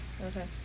Okay